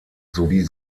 sowie